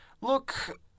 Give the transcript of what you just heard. Look